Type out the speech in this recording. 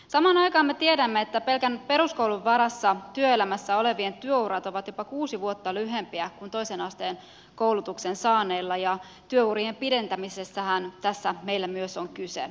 samaan aikaan me tiedämme että pelkän peruskoulun varassa työelämässä olevien työurat ovat jopa kuusi vuotta lyhyempiä kuin toisen asteen koulutuksen saaneilla ja työurien pidentämisestähän tässä meillä myös on kyse